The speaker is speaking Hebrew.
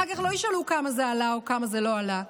אחר כך לא ישאלו כמה זה עלה או כמה זה לא עלה.